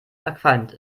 verqualmt